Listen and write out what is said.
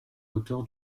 moteur